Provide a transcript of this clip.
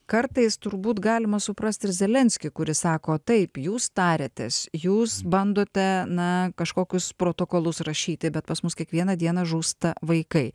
kartais turbūt galima suprast ir zelenskį kuris sako taip jūs tariatės jūs bandote na kažkokius protokolus rašyti bet pas mus kiekvieną dieną žūsta vaikai